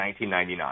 1999